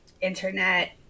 Internet